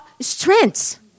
strengths